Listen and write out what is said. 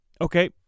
Okay